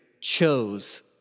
chose